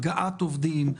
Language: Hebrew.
לגבי הגעת עובדים,